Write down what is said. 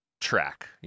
track